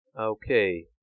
Okay